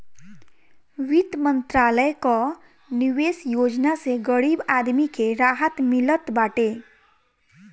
वित्त मंत्रालय कअ निवेश योजना से गरीब आदमी के राहत मिलत बाटे